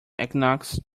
equinox